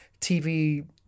TV